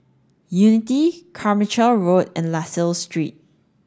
Unity Carmichael Road and La Salle Street